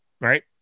right